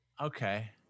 Okay